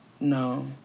No